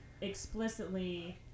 explicitly